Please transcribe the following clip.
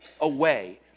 away